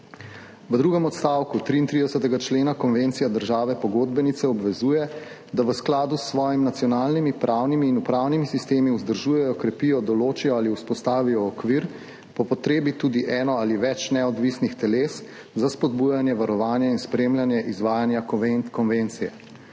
V drugem odstavku 33. člena Konvencija države pogodbenice obvezuje, da v skladu s svojimi nacionalnimi, pravnimi in upravnimi sistemi vzdržujejo, krepijo, določijo ali vzpostavijo okvir, po potrebi tudi eno ali več neodvisnih teles, za spodbujanje varovanja in spremljanje izvajanja konvencije.